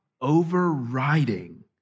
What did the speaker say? overriding